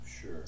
Sure